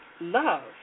love